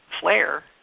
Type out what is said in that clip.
flare